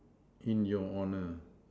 in your honour